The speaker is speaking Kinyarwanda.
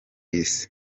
isi